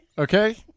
okay